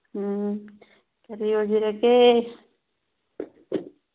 ꯀꯔꯤ ꯑꯣꯏꯕꯤꯔꯒꯦ